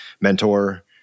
mentor